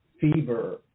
fever